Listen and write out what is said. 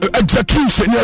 execution